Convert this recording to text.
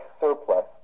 surplus